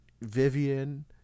Vivian